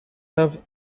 have